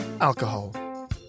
alcohol